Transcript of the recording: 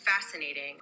fascinating